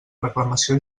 reclamació